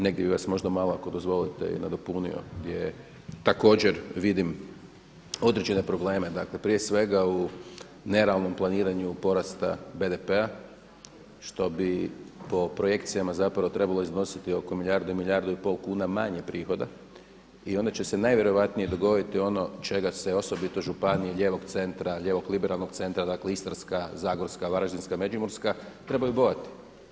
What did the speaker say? Negdje bih vas možda malo ako dozvolite i nadopunio gdje također vidim određene probleme, dakle prije svega u nerealnom planiranju porasta BDP-a što bi po projekcijama zapravo trebalo iznositi oko milijardu, milijardu i pol kuna manje prihoda i onda će s najvjerojatnije dogoditi ono čega se osobito županije lijevog centra, lijevo liberalnog centra, dakle Istarska, Zagorska, Varaždinska, Međimurska trebaju bojati.